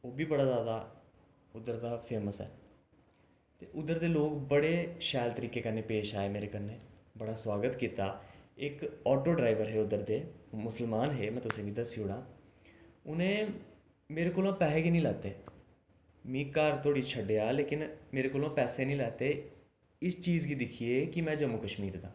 उब्भी बड़ा जैदा उद्धर दा फेमस ऐ ते उद्धर दे लोग बड़े शैल तरीके कन्ने पेश आए मेरे कन्ने बड़ा सुआगत कीता इक आटो डरैवर हे उद्धर दे मुस्लमान हे में तुसें गी दस्सी ओड़ां उनें मेरे कोलां पैहे गै निं लैते मिगी घर धोड़ी छड्डेआ लेकिन मेरे कोलूं पैसे निं लैते इस चीज गी दिक्खियै कि में जम्मू कश्मीर दा